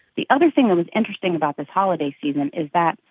the other thing that was interesting about this holiday season is that,